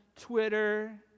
Twitter